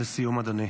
לסיום, אדוני.